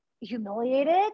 humiliated